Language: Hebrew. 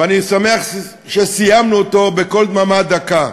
ואני שמח שסיימנו אותו בקול דממה דקה.